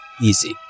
easy